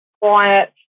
quiet